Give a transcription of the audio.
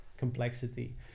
complexity